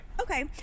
okay